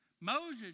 Moses